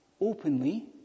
openly